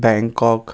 Bangkok